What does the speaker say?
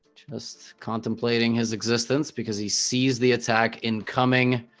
just contemplating his existence because he sees the attack incoming